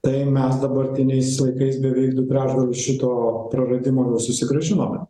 tai mes dabartiniais laikais beveik du trečdalius šito praradimo jau susigrąžinome